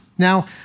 Now